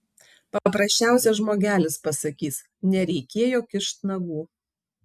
paprasčiausias žmogelis pasakys nereikėjo kišt nagų